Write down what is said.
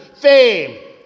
fame